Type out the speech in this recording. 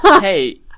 Hey